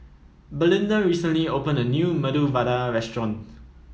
Belinda recently opened a new Medu Vada Restaurant